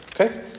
Okay